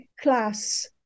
class